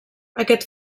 aquest